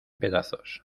pedazos